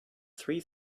three